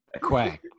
quack